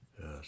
Yes